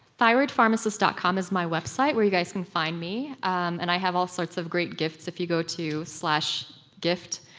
thyroidpharmacist dot com is my website where you guys can find me, and i have all sorts of great gifts if you go to gift,